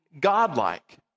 godlike